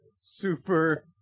super